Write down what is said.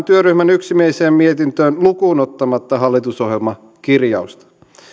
työryhmän yksimieliseen mietintöön lukuun ottamatta hallitusohjelmakirjausta